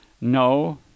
No